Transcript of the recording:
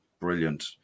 brilliant